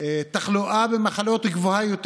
תחלואה גבוהה יותר.